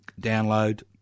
download